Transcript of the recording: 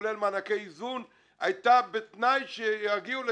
כולל מענקי איזון היתה בתנאי שהם יגיעו ל